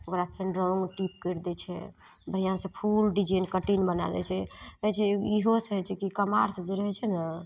ओकरा फेन रङ्ग टिप करि दै छै बढ़िआँसँ फूल डिजाइन कटिंग बना दै छै देखय छै ईहोसँ होइ छै कि कुम्हार सब जे रहय छै ने